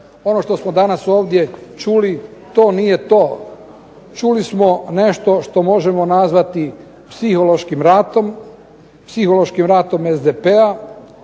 Ono što smo danas ovdje čuli to nije to. Čuli smo nešto što možemo nazvati psihološkim ratom, psihološkim ratom SDP-a